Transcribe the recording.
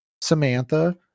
Samantha